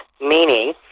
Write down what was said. meaning